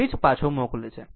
તે જ પાછો મોકલે છે